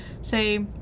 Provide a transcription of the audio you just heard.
say